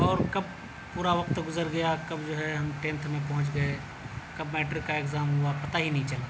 اور کب پورا وقت گزر گیا کب جو ہے ہم ٹینتھ میں پہنچ گئے کب میٹرک کا ایگزام ہوا پتا ہی نہیں چلا